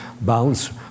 Bounce